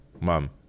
Mum